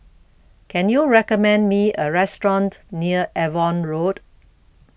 Can YOU recommend Me A Restaurant near Avon Road